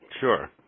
Sure